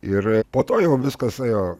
ir po to jau viskas ėjo